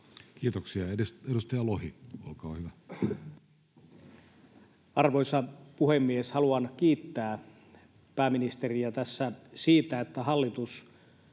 Kiitoksia. — Edustaja Lohi, olkaa hyvä. Arvoisa puhemies! Haluan kiittää pääministeriä tässä siitä, että siinäkin